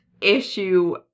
issue